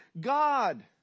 God